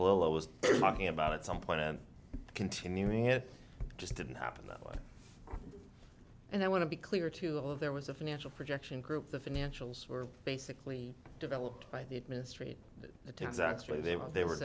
polo was talking about at some point continuing it just didn't happen that way and i want to be clear to all of there was a financial projection group the financials were basically developed by the administrator the to exactly they were they were